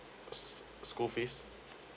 s~ school fees